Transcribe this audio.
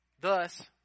thus